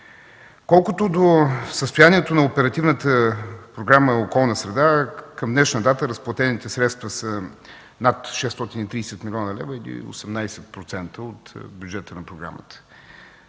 Колкото до състоянието на Оперативна програма „Околна среда”, към днешна дата разплатените средства са над 630 млн. лв. или 18% от бюджета на програмата.